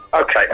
Okay